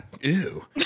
Ew